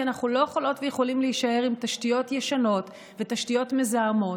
כי אנחנו לא יכולות ויכולים להישאר עם תשתיות ישנות ותשתיות מזהמות.